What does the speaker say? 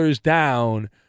down